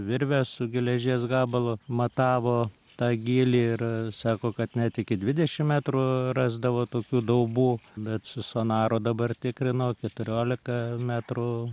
virvę su geležies gabalu matavo tą gylį ir sako kad net iki dvidešim metrų rasdavo tokių daubų bet su sonaru dabar tikrinau keturiolika metrų